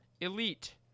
elite